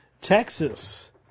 Texas